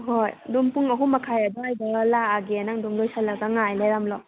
ꯍꯣꯏ ꯑꯗꯨꯝ ꯄꯨꯡ ꯑꯍꯨꯝ ꯃꯈꯥꯏ ꯑꯗꯥꯏꯗ ꯂꯥꯛꯑꯒꯦ ꯅꯪ ꯑꯗꯨꯝ ꯂꯣꯏꯁꯜꯂꯒ ꯉꯥꯏ ꯂꯩꯔꯝꯂꯣ